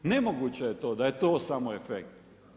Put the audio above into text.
Nemoguće je to da je to samo efekt.